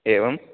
एवं